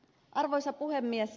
arvoisa puhemies